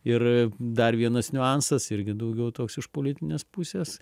ir dar vienas niuansas irgi daugiau toks iš politinės pusės